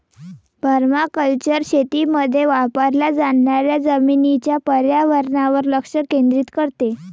permaculture शेतीमध्ये वापरल्या जाणाऱ्या जमिनीच्या पर्यावरणावर लक्ष केंद्रित करते